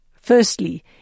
firstly